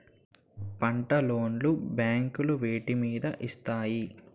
పంట లోన్ లు బ్యాంకులు వేటి మీద ఇస్తాయి?